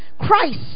Christ